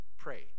pray